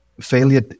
failure